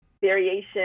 variation